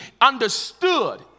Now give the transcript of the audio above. understood